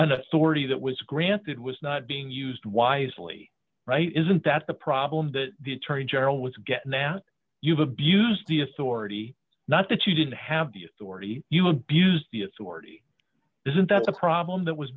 an authority that was granted was not being used wisely right isn't that the problem that the attorney general was getting now you've abused the authority not that you didn't have the authority you abuse the authority isn't that the problem that was